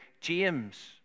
James